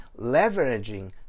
leveraging